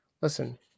listen